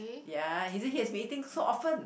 ya he said he has been eating so often